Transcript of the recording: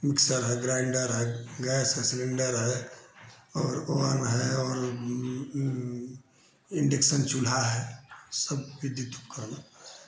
mixer है grinder है gas है सिलेण्डर है और ओवन है और इण्डेक्शन चूल्हा है सब विद्युत उपकरण हैं